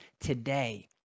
today